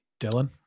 Dylan